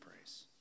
praise